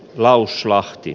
lauslahti